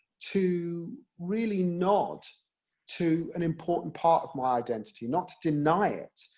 to, really nod to an important part of my identity. not to deny it,